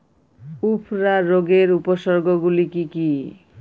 উফরা রোগের উপসর্গগুলি কি কি?